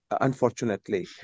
unfortunately